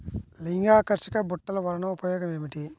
లింగాకర్షక బుట్టలు వలన ఉపయోగం ఏమిటి?